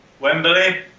Wembley